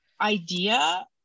idea